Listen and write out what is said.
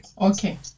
okay